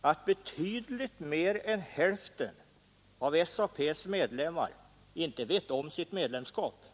att betydligt mer än hälften av SAP:s medlemmar inte vet om sitt medlemskap.